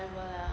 whatever lah